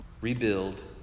rebuild